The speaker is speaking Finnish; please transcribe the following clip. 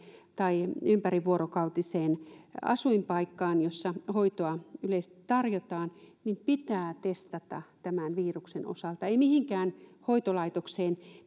tai ympärivuorokautiseen asuinpaikkaan jossa hoitoa yleisesti tarjotaan pitää testata tämän viruksen osalta ei mihinkään hoitolaitokseen